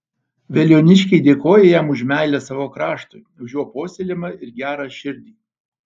veliuoniškiai dėkoja jam už meilę savo kraštui už jo puoselėjimą ir gerą širdį